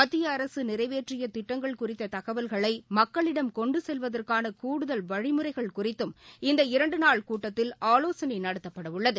மத்தியஅரசுநிறைவேற்றியதிட்டங்கள் குறித்ததகவல்களைமக்களிடம் கொண்டுசெல்வதற்கானகூடுதல் வழிமுறைகள் குறித்தும் இந்த இரண்டுநாள் கூட்டத்தில் ஆலோசனைநடத்தப்படவுள்ளது